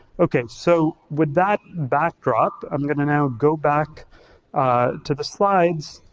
okay, so with that backdrop, i'm gonna now go back to the slides.